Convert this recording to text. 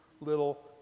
little